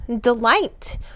delight